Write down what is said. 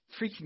freaking